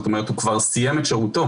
זאת אומרת, הוא סיים את שירותו.